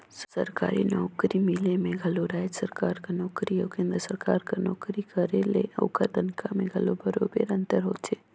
सरकारी नउकरी मिले में घलो राएज सरकार कर नोकरी अउ केन्द्र सरकार कर नोकरी करे ले ओकर तनखा में घलो बरोबेर अंतर होथे